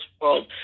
world